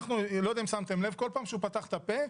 אני לא יודע אם שמתם לב כל פעם שהוא פתח את הפה,